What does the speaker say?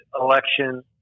election